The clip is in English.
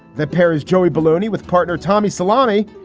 the pair is joey boloney with partner tommy salani.